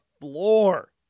floor